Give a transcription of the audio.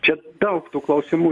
čia daug tų klausimų